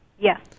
Yes